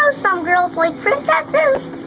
um some girls like princesses,